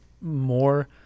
more